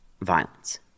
Violence